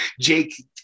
jake